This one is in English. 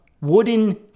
wooden